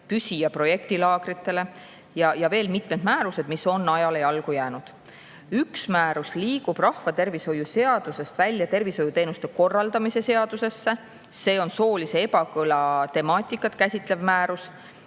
püsi- ja projektilaagritele. Ja on veel mitmed määrused, mis on ajale jalgu jäänud. Üks määrus liigub rahvatervishoiu seadusest välja tervishoiuteenuste korraldamise seadusesse. See on soolise ebakõla temaatikat käsitlev määrus.